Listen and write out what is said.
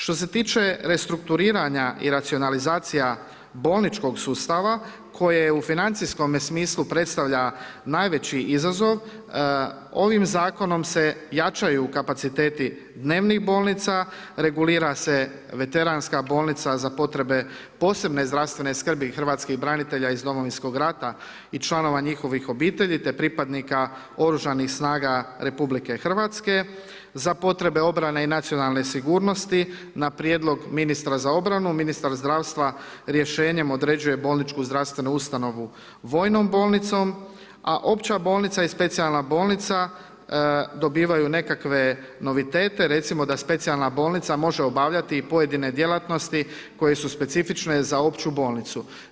Što se tiče restrukturiranja i racionalizacija bolničkog sustava koje u financijskome smislu predstavlja najveći izazov, ovim Zakonom se jačaju kapaciteti dnevnih bolnica, regulira se Veteranska bolnica za potrebe posebne zdravstvene skrbi hrvatskih branitelja iz Domovinskog rata i članova njihovih obitelji, te pripadnika Oružanih snaga Republike Hrvatske, za potrebe obrane i nacionalne sigurnosti na prijedlog ministra za obranu, ministar zdravstva, Rješenjem određuje bolničku zdravstvenu ustanovu vojnom bolnicom, a Opća bolnica i Specijalna bolnica, dobivaju nekakve novitete, recimo da Specijalna bolnica može obavljati i pojedine djelatnosti koje su specifične za Opću bolnicu.